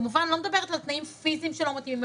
אני כמובן לא מדברת על תנאים פיזיים שלא מתאימים,